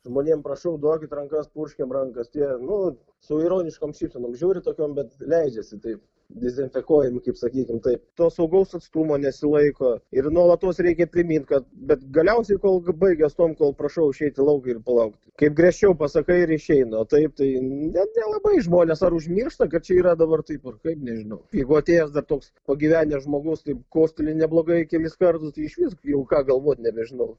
žmonėm prašau duokit rankas purškiam rankas tie n su ironiškom šypsenom žiūri tokiom bet leidžiasi taip dezinfekuojami kaip sakykim taip to saugaus atstumo nesilaiko ir nuolatos reikia primint kad bet galiausiai kol baigias tuom kol prašau išeiti lauk ir palaukt kaip griežčiau pasakai ir išeina o taip tai nelabai žmonės ar užmiršta kad čia yra dabar taip ar kaip nežinau jeigu atėjęs dar toks pagyvenęs žmogus taip kosteli neblogai kelis kartus tai išvis jau ką galvot nebežinau